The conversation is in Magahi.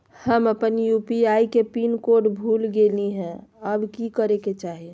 हम अपन यू.पी.आई के पिन कोड भूल गेलिये हई, अब की करे के चाही?